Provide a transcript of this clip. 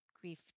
grief